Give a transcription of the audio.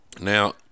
now